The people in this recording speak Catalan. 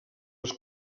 les